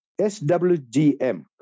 SWGM